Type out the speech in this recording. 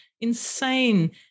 insane